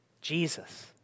Jesus